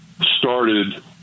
started